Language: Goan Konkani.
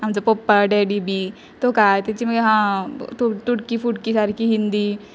आमचो पप्पा डॅडी बी तो काय तेची मागीर तुटकी फुटकी सारकी हिंदी